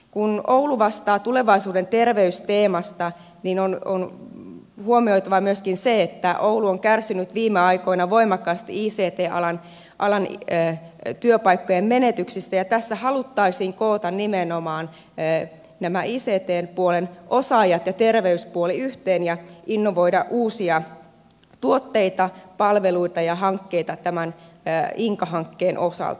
kun oulu vastaa tulevaisuuden terveys teemasta on huomioitava myöskin se että oulu on kärsinyt viime aikoina voimakkaasti ict alan työpaikkojen menetyksistä ja tässä haluttaisiin koota nimenomaan nämä ict puolen osaajat ja terveyspuoli yhteen ja innovoida uusia tuotteita palveluita ja hankkeita tämän inka hankkeen osalta